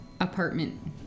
apartment